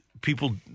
people